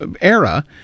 era